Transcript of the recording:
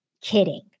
kidding